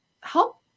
help